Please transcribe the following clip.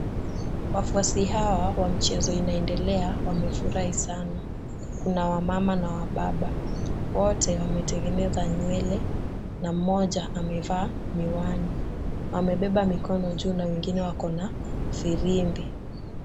Wafuasi hawa wa mchezo inaendelea wamefurahi sana. Kuna wamama na wababa. Wote wametengeneza nywele na mmoja amevaa miwani. Wamebeba mikono juu na wengine wako an firimbi.